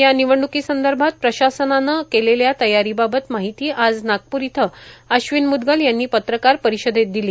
या निवडणूक संदर्भात प्रशासनानं केलेल्या तयारी बाबत माहिती आज नागपूर इथं अश्विन मुदगल यांनी पत्रकार परिषदेत दिली